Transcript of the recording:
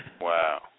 Wow